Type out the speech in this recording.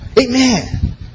amen